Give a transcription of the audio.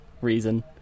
reason